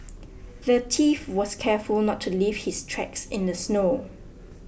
the thief was careful not to leave his tracks in the snow